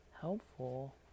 helpful